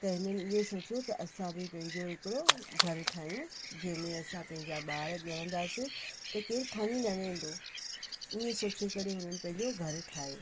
त हिन इहा सोचियो त असां बि पंहिंजो हिकिड़ो घरु ठाहियूं जंहिंमें असां पंहिंजा ॿार ॼणंदासीं त केर खणी न वेंदो ईअं सोचे करे हुननि पंहिंजो घरु ठाहियो